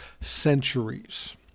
centuries